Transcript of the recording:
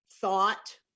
thought